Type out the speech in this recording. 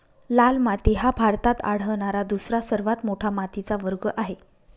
लाल माती हा भारतात आढळणारा दुसरा सर्वात मोठा मातीचा वर्ग आहे